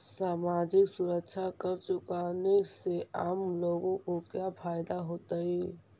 सामाजिक सुरक्षा कर चुकाने से आम लोगों को क्या फायदा होतइ